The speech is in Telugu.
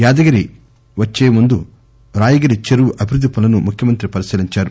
యాదగిరి వచ్చే ముందు రాయగిరి చెరువు అభివృద్ది పనులను ముఖ్యమంత్రి పరిశీలించారు